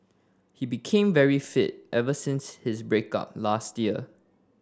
he became very fit ever since his break up last year